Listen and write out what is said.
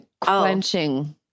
quenching